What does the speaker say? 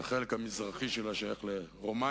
והחלק המזרחי שלה שייך לרומניה,